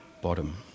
bottom